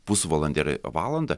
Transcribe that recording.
pusvalandį ar valandą